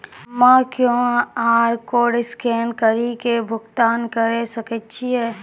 हम्मय QR code scan कड़ी के भुगतान करें सकय छियै?